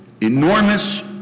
enormous